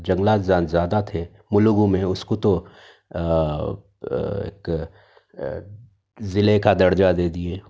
جنگلات جان زیادہ تھے وہ لوگوں میں اُس کو تو ضلعے کا درجہ دے دیئے